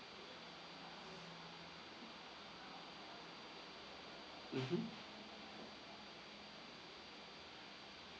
mmhmm